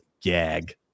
gag